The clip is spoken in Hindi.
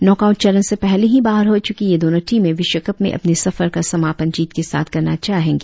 नाँक आउट चरण से पहले ही बाहर हो चुकी ये दोनो टीमें विश्व कप में अपने सफर का समापन जीत के साथ करना चाहेंगी